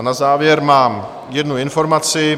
Na závěr mám jednu informaci.